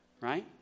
right